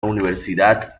universidad